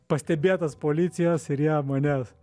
pastebėtas policijos ir jie mane